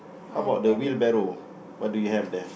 how about the wheelbaroow what do you have there